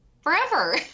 forever